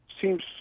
seems